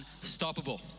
unstoppable